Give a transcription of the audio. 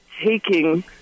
taking